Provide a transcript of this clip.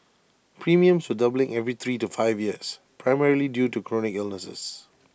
premiums were doubling every three to five years primarily due to chronic illnesses